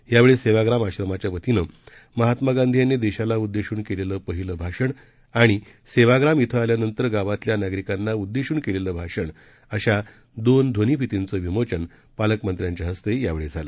यावेळी सेवाग्राम आश्रमाच्या वतीनं महात्मा गांधी यांनी देशाला उद्देशून केलेलं पहिलं भाषण आणि सेवाग्राम इथं आल्यानंतर गावातल्या नागरिकांना उद्देशून केलेलं भाषण अशा दोन ध्वनिफितीचं विमोचन पालकमंत्री यांच्या हस्ते यावेळी झालं